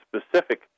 specific